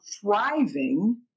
thriving